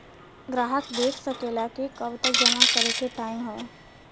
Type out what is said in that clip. ग्राहक देख सकेला कि कब तक जमा करे के टाइम हौ